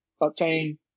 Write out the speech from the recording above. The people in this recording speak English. obtain